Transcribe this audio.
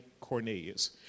Cornelius